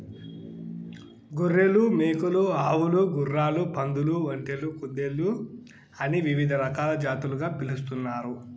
గొర్రెలు, మేకలు, ఆవులు, గుర్రాలు, పందులు, ఒంటెలు, కుందేళ్ళు అని వివిధ రకాల జాతులుగా పిలుస్తున్నారు